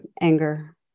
anger